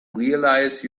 realize